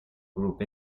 group